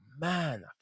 man